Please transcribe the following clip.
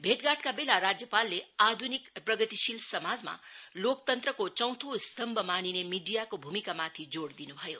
भेटघाटका बेला राज्यपालले आध्निक प्रगतिशील समाजमा लोकतन्त्रको चौथो स्तम्भ मानिने मिडियाको भूमिकामाथि जोड़ दिन् भयो